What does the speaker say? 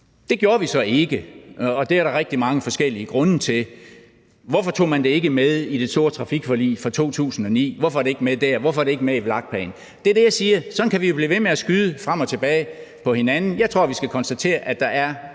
Det gjorde vi så ikke, og det er der rigtig mange forskellige grunde til. Hvorfor tog man det ikke med i det store trafikforlig fra 2009? Hvorfor er det ikke med der? Hvorfor er det ikke med i VLAK-planen? Det er det, jeg siger: Sådan kan vi blive ved med at skyde frem og tilbage på hinanden. Jeg tror, vi skal konstatere, at der er